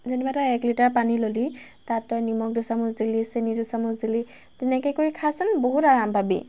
যেনিবা তই এক লিটাৰ পানী ল'লি তাত তই নিমখ দুচামুচ দিলি চেনি দুচামুচ দিলি তেনেকৈ কৰি খাচোন বহুত আৰাম পাবি